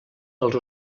als